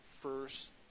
first